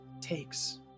takes